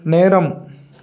நேரம்